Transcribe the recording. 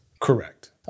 correct